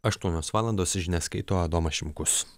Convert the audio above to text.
aštuonios valandos žinias skaito adomas šimkus